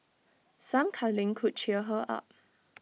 some cuddling could cheer her up